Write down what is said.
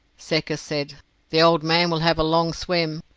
secker said the old man will have a long swim.